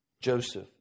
Joseph